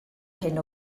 hyn